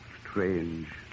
Strange